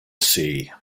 sea